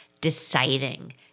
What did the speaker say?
deciding